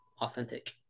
authentic